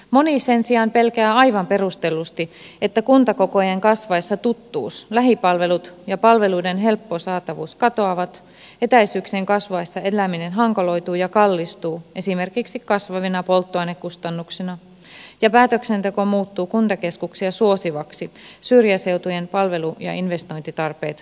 moni sen sijaan pelkää aivan perustellusti että kuntakokojen kasvaessa tuttuus lähipalvelut ja palveluiden helppo saatavuus katoavat etäisyyksien kasvaessa eläminen hankaloituu ja kallistuu esimerkiksi kasvavina polttoainekustannuksina ja päätöksenteko muuttuu kuntakeskuksia suosivaksi syrjäseutujen palvelu ja investointitarpeet laiminlyöväksi